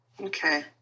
Okay